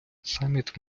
саміт